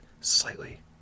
slightly